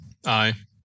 Aye